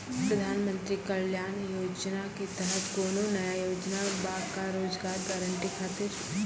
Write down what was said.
प्रधानमंत्री कल्याण योजना के तहत कोनो नया योजना बा का रोजगार गारंटी खातिर?